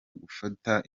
gufata